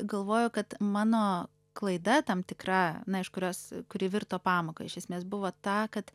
galvoju kad mano klaida tam tikra na iš kurios kuri virto pamoka iš esmės buvo ta kad